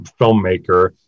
filmmaker